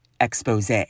expose